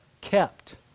kept